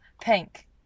Pink